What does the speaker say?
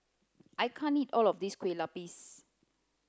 I can't eat all of this Kueh Lapis